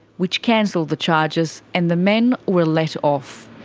which cancelled the charges, and the men were let off.